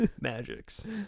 magics